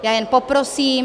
Já jen poprosím...